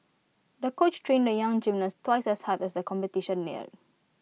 the coach trained the young gymnast twice as hard as the competition neared